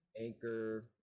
Anchor